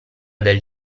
del